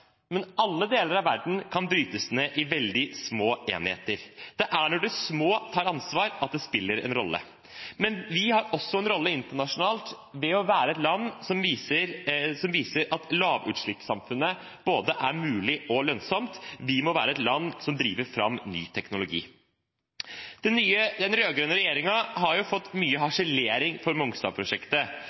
men alle deler av verden kan brytes ned i veldig små enheter. Det er når de små tar ansvar, at det spiller en rolle. Vi har også en rolle internasjonalt ved å være et land som viser at lavutslippssamfunnet er både mulig og lønnsomt. Vi må være et land som driver fram ny teknologi. Den rød-grønne regjeringen har fått mye harselering for